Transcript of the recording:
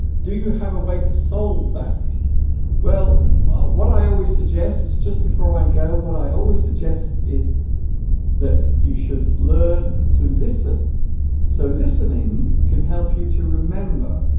do you have a way to solve that well what i always suggest just before i go what i always suggest is that you should learn to listen so listening can help you to remember